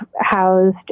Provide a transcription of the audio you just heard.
housed